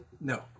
No